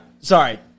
Sorry